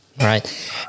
right